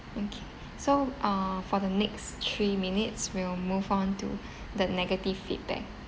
okay so uh for the next three minutes we'll move on to the negative feedback